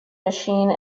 machine